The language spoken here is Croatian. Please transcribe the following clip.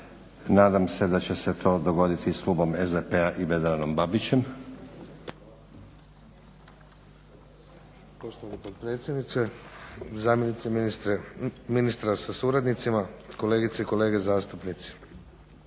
Nadam se da će se to dogoditi s klubom SDP-a i Vedranom Babićem.